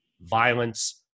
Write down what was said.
violence